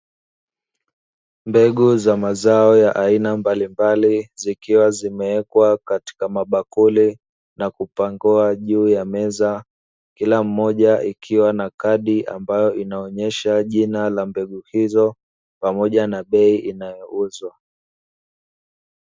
Mbegu za mazao ya aina mbali mbali, zikiwa zimewekwa katika mabakuli na kupangiwa juu ya meza, kila moja ikiwa na kadi ambayo inaonesha jina la mbegu hizo pamoja na bei inayouzwa.